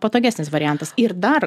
patogesnis variantas ir dar